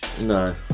No